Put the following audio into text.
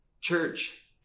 Church